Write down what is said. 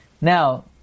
Now